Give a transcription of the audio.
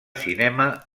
cinema